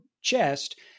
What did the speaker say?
chest